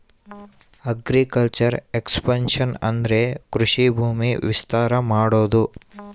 agriculture expansion ಅಂದ್ರೆ ಕೃಷಿ ಭೂಮಿನ ವಿಸ್ತಾರ ಮಾಡೋದು